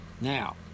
Now